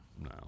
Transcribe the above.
No